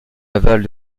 aval